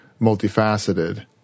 multifaceted